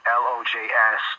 l-o-j-s